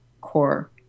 core